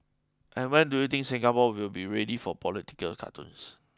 and when do you think Singapore will be ready for political cartoons